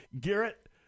Garrett